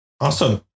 Awesome